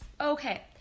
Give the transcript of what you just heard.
Okay